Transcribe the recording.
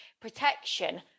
protection